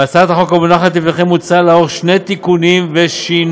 בהצעת החוק המונחת לפניכם מוצע לערוך שני תיקונים ושינויים: